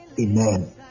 Amen